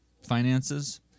finances